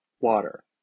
water